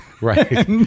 right